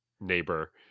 neighbor